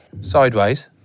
Sideways